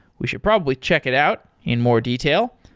we should probably check it out in more detail,